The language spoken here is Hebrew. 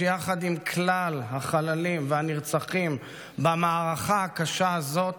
שיחד עם כלל החללים והנרצחים במערכה הקשה הזאת